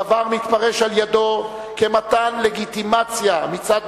הדבר מתפרש על-ידו כמתן לגיטימציה מצד